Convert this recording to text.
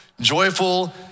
joyful